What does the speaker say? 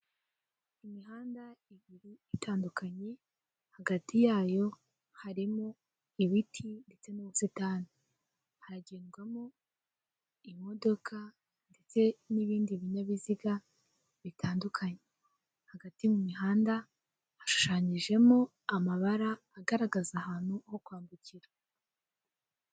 Imihanda ibiri itandukanye hagati yayo harimo ibiti ndetse n'ubusitani, haragendwamo imodoka ndetse n'ibindi binyabiziga bitandukanye, hagati mu mihanda hashushanyijemo amabara agaragaza ahantu ho kwambukira.